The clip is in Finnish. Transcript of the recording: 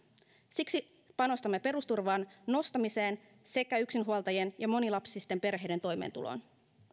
siksi panostamme perusturvan nostamiseen sekä yksinhuoltajien ja monilapsisten perheiden toimeentuloon